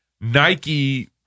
Nike